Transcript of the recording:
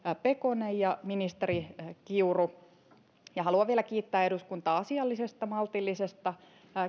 pekonen ja ministeri kiuru haluan vielä kiittää eduskuntaa asiallisesta maltillisesta